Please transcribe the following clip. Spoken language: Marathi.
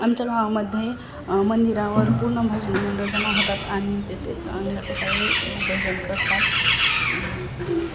आमच्या गावामध्ये मंदिरावर पूर्ण भजनी मंडळ जमा होतात आणि तेथेच चंगल्या प्रकारे भजन करतात